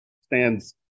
stands